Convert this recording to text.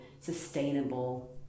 sustainable